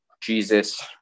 jesus